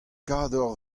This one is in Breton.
kador